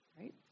Right